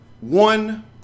one